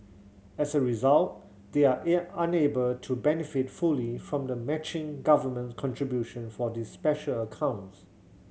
as a result they are unable to benefit fully from the matching government contribution for these special accounts